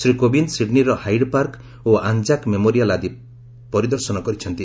ଶ୍ରୀ କୋବିନ୍ଦ ସିଡ୍ନୀର ହାଇଡ୍ପାର୍କ ଓ Anzac memorial ଆଦି ପରିଦର୍ଶନ କରିଛନ୍ତି